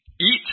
Eat